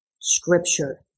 scripture